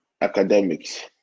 academics